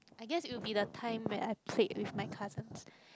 I guess it would be the time where I played with my cousins